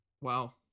Wow